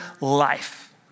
life